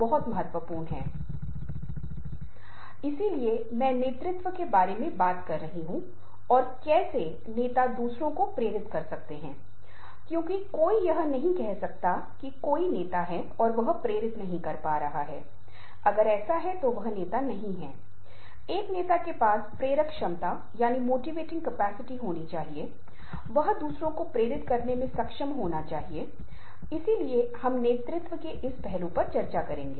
बहुत सारे सिद्धांत हैं मैं सिर्फ एक शोध को देख रहा हूं जो बताता है कि जब हम संवाद करते हैं तो पाठ संदेश केवल 7 प्रतिशत सूचनाओं में से किसी एक को आवाज देता है रुकता है तनाव पैटर्न और सभी प्रकार की चीजें जिनके बारे में हमने कुछ शुरुआती कक्षाओं में बात की थी वे लगभग 38 प्रतिशत और अशाब्दिक से 55 प्रतिशत तक योगदान करते हैं